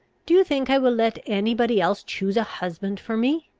do you think i will let any body else choose a husband for me?